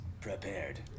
Prepared